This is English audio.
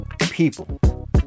people